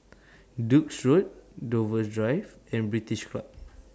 Duke's Road Dover Drive and British Club